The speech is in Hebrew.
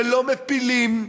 ולא מפילים.